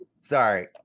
Sorry